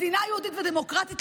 מדינה יהודית ודמוקרטית,